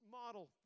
model